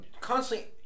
constantly